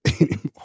anymore